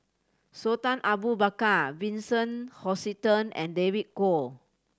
Sultan Abu Bakar Vincent Hoisington and David Kwo